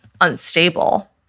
unstable